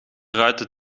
ruiten